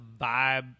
vibe